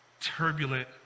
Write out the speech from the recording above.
turbulent